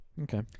Okay